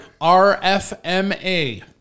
RFMA